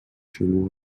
chegou